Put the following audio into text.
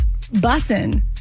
Bussin